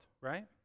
right